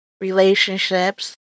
relationships